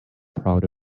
proud